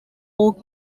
oak